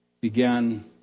began